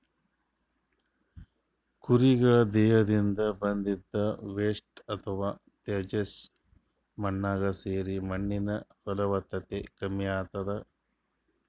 ಕುರಿಗಳ್ ದೇಹದಿಂದ್ ಬಂದಿದ್ದ್ ವೇಸ್ಟ್ ಅಥವಾ ತ್ಯಾಜ್ಯ ಮಣ್ಣಾಗ್ ಸೇರಿ ಮಣ್ಣಿನ್ ಫಲವತ್ತತೆ ಕಮ್ಮಿ ಆತದ್